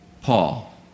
Paul